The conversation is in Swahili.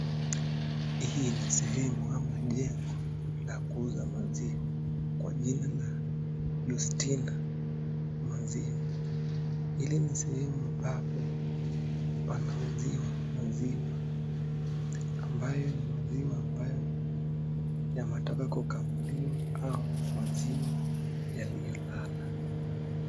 Hii ni sehemu ama jengo la kuuza maziwa, kwa jina la Yustina ya maziwa hili ni sehemu ambapo wanauziwa maziwa, ambayo ni maziwa ambayo yametoka kukamuliwa, au maziwa yaliyolala.